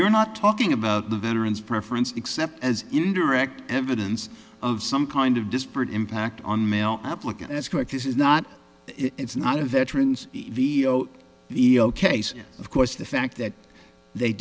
you're not talking about the veterans preference except as indirect evidence of some kind of disparate impact on male upmarket that's correct this is not it's not a veterans video e o case of course the fact that they